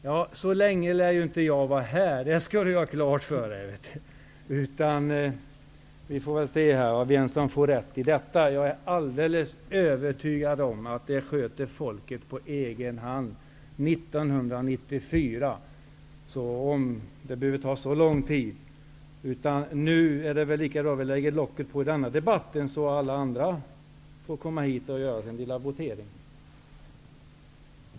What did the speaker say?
Herr talman! Så länge lär inte jag vara här. Det skall Bengt Harding Olson ha klart för sig. Vi får väl se vem som får rätt i detta. Jag är alldeles övertygad om att folket kommer att sköta detta på egen hand 1994. Och det behöver inte ta så lång tid. Nu är det väl lika bra att vi lägger locket på i denna debatt, så att alla andra får komma hit och votera.